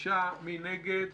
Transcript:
מי נגד?